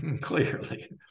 clearly